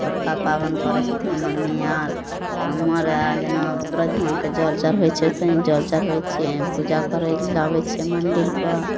बड़का पाबनि करै छथिन मम्मी आर हमहुँ आर जेना सूरज भगवान के जल चढ़बै छियै ओइसे ही जल चढ़बै छियै पूजा करैला आबै छियै मंदिल पर